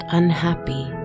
unhappy